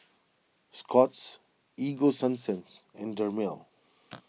Scott's Ego Sunsense and Dermale